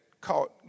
caught